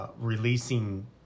Releasing